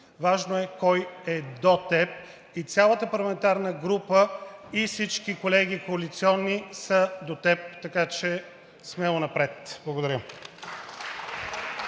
важно е кой е до теб. И цялата парламентарна група, и всички коалиционни колеги са до теб, така че смело напред. Благодаря.